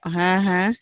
ᱦᱮᱸ ᱦᱮᱸ